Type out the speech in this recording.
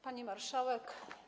Pani Marszałek!